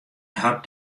hat